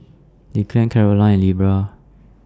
Declan Karolyn and